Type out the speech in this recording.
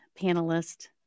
panelist